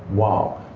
wow,